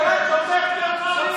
הדוברת הבאה,